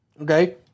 Okay